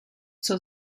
zur